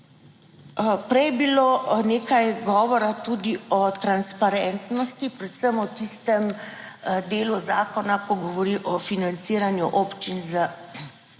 prej je bilo nekaj govora tudi o transparentnosti, predvsem v tistem delu zakona, ki govori o financiranju občin z romsko